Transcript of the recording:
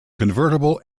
convertible